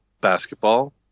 basketball